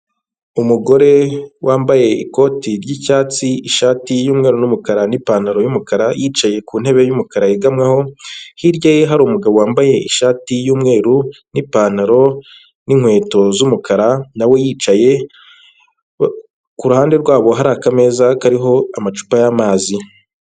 Umugore wambaye ikoti ry'icyatsi ishati y'umweru n'umukara n'ipantaro y'umukara yicaye ku ntebe y'umukara yegamyeho, hirya ye hari umugabo wambaye ishati y'umweru n'ipantaro n'inkweto z'umukara nawe yicaye, ku ruhande rwabo hari akameza kariho amacupa y'amazi.